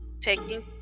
Taking